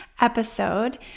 episode